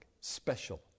special